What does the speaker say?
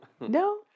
No